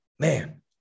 man